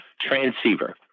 transceiver